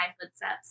footsteps